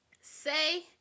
Say